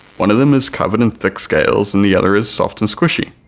one of them is covered in thick scales, and the other is soft and squishy,